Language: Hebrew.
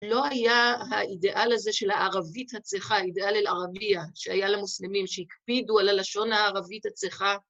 לא היה האידאל הזה של הערבית הצחה, אידאל אל ערבייה, שהיה למוסלמים, שהקפידו על הלשון הערבית הצחה.